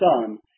Son